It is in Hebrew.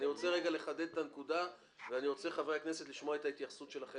אני רוצה לחדד את הנקודה ואני רוצה לשמוע את ההתייחסות שלכם,